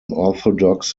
orthodox